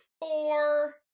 four